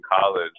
college